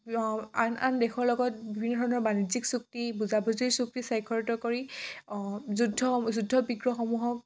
আন আন দেশৰ লগত বিভিন্ন ধৰণৰ বাণিজ্যিক চুক্তি বুজাবুজিৰ চুক্তি স্বাক্ষৰিত কৰি যুদ্ধ যুদ্ধ বিগ্ৰহসমূহক